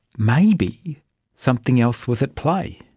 maybe something else was at play.